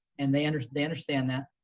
and they and they understand that.